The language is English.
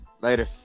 later